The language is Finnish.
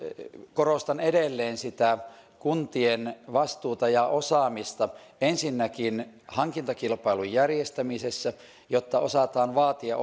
korostan edelleen sitä kuntien vastuuta ja osaamista ensinnäkin hankintakilpailun järjestämisessä jotta osataan vaatia